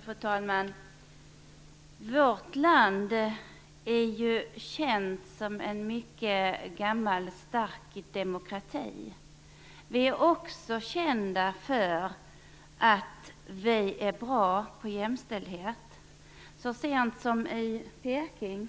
Fru talman! Vårt land är ju känt som en mycket gammal och stark demokrati. Vi är också kända för att vi är bra på jämställdhet. Så sent som vid kvinnokonferensen i Peking